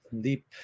deep